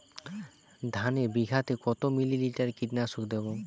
ধানে বিঘাতে কত মিলি লিটার কীটনাশক দেবো?